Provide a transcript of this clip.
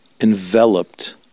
enveloped